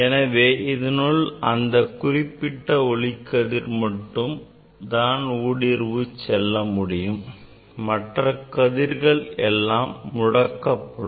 எனவே இதனுள் அந்தக் குறிப்பிட்ட ஒளிக்கதிர் மட்டும்தான் ஊடுருவிச் செல்ல முடியும் மற்ற கதிர்கள் எல்லாம் முடக்கப்படும்